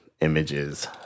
images